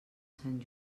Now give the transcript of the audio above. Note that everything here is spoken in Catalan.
sant